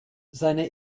seine